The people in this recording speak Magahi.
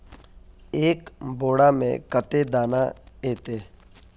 एक बोड़ा में कते दाना ऐते?